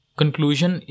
conclusion